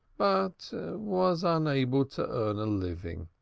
but was unable to earn a living.